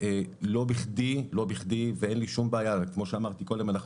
ואין לי שום בעיה כי כמו שאמרתי קודם אנחנו